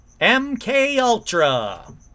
MKUltra